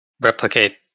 replicate